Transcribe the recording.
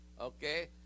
Okay